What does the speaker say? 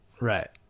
Right